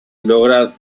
logra